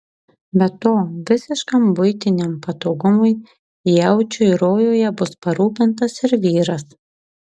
be to visiškam buitiniam patogumui jaučiui rojuje bus parūpintas ir vyras